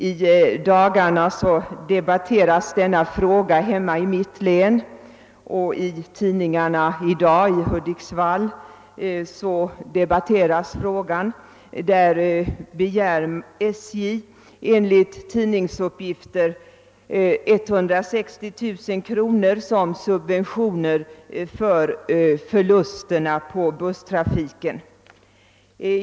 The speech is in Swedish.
I dagarna debatteras denna fråga hemma i mitt län, senast i tidningarna i Hudiksvall i dag. Enligt tidningsuppgifter begär SJ där 160 000 kronor som subventioner för förlusterna på busstrafiken.